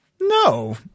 no